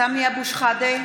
סמי אבו שחאדה,